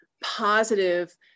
positive